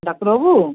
ডাক্তারবাবু